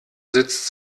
sitzt